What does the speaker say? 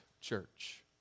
church